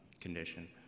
condition